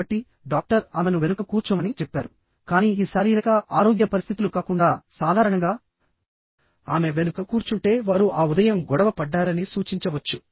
కాబట్టి డాక్టర్ ఆమెను వెనుక కూర్చోమని చెప్పారు కానీ ఈ శారీరక ఆరోగ్య పరిస్థితులు కాకుండా సాధారణంగా ఆమె వెనుక కూర్చుంటే వారు ఆ ఉదయం గొడవ పడ్డారని సూచించవచ్చు